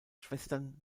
schwestern